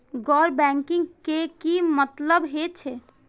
गैर बैंकिंग के की मतलब हे छे?